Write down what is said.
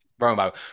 romo